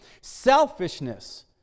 Selfishness